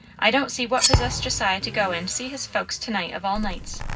i don't see what possessed josiah to go and see his folks to-night of all nights.